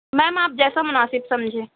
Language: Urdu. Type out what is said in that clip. میم آپ جیسا مناسب سمجھیں